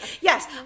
Yes